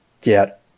get